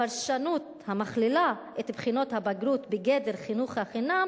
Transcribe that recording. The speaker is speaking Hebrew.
הפרשנות המכלילה את בחינות הבגרות בגדר חינוך החינם